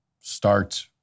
Start